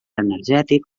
energètic